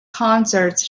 concerts